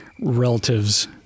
relatives